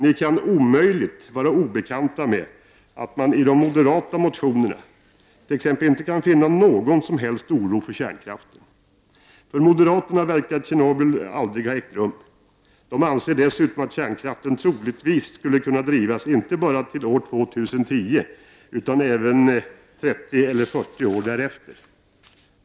Ni kan omöjligt vara obekanta med att man i de moderata motionerna t.ex. inte kan finna någon som helst oro för kärnkraften. För moderaterna verkar Tjernobyl aldrig ha ägt rum. De anser dessutom att kärnkraften troligtvis skulle kunna drivas inte bara till år 2010 utan även 30 eller 40 år därefter.